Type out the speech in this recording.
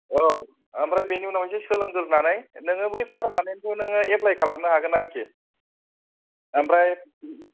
औ ओमफ्राय बिनि उनाव ऐसे सोलोंग्रोनानै नोङो बै पारमानेन्टखौ नोङो एप्लाइ खालामनो हागोन आरोखि ओमफ्राय